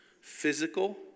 Physical